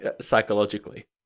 psychologically